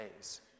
days